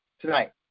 tonight